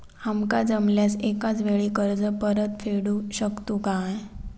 आमका जमल्यास एकाच वेळी कर्ज परत फेडू शकतू काय?